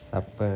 supper